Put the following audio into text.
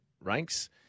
ranks